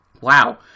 Wow